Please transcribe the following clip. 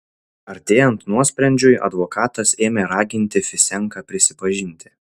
artėjant nuosprendžiui advokatas ėmė raginti fisenką prisipažinti